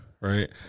right